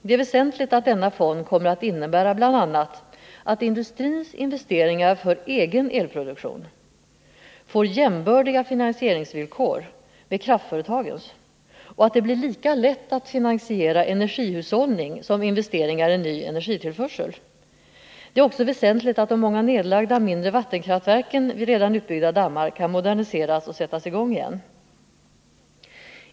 Det är väsentligt att denna fond kommer att innebära bl.a. att industrins investeringar för egen elproduktion får finansieringsvillkor som är jämbördiga med kraftföretagens och att det blir lika lätt att finansiera energihushållning som investeringar i ny energitillförsel. Det är också väsentligt att de många nedlagda mindre vattenkraftverken vid redan utbyggda dammar kan moderniseras och sättas i gång igen.